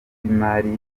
by’imari